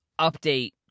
update